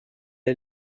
est